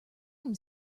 tame